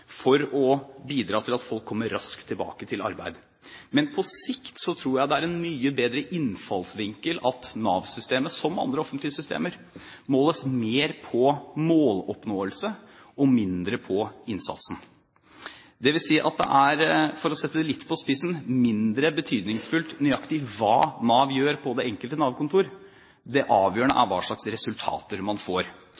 for å bidra til at folk kommer raskt tilbake til arbeid. Men på sikt tror jeg det er en mye bedre innfallsvinkel at Nav-systemet, som andre offentlige systemer, måles mer på måloppnåelse og mindre på innsatsen. Det vil si at det er – for å sette det litt på spissen – mindre betydningsfullt nøyaktig hva Nav gjør på det enkelte Nav-kontor. Det avgjørende er